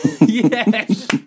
Yes